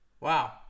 Wow